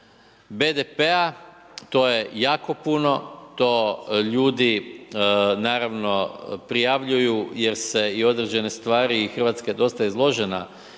BDP-a, to je jako puno, to ljudi naravno prijavljuju jer se i određene stvari i Hrvatska je dosta izložena